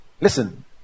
Listen